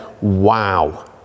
wow